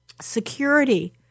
security